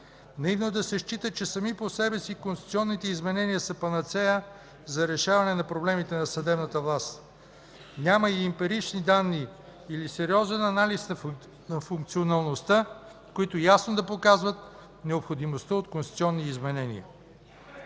Наивно е да се счита, че сами по себе си конституционните изменения са панацея за решаване на проблемите на съдебната власт. Няма и емпирични данни или сериозен анализ на функционалността, които ясно да показват необходимостта от конституционни изменения.